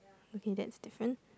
okay that's different